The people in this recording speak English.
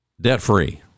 debt-free